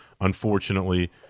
unfortunately